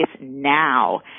now